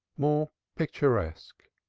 more picturesque.